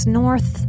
north